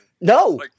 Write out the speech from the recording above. No